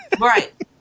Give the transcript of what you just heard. Right